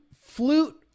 flute